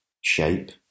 shape